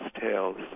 tales